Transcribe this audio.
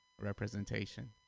representation